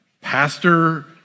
Pastor